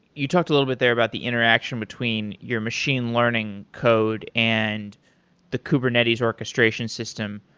you talked a little bit there about the interaction between your machine learning code and the kubernetes orchestration system.